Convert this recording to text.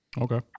Okay